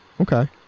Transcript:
Okay